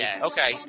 Okay